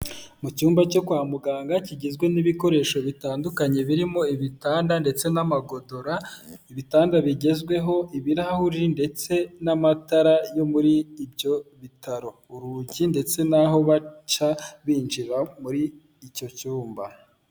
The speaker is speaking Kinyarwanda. Mu cyumba cyo kwa muganga kigizwe n'ibikoresho bitandukanye birimo ibitanda ndetse n'amagodora, ibitanda bigezweho, ibirahuri ndetse n'amatara yo muri ibyo bitaro, urugi ndetse n'aho baca binjira muri icyo cyumba.